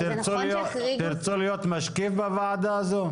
תירצו להיות משקיף בוועדה הזו?